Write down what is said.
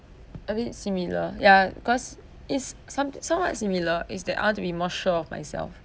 a bit similar ya cause it's somet~ somewhat similar is that I want to be more sure of myself